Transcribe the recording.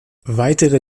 weitere